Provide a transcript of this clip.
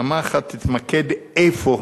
אמרתי לך שתתמקד איפה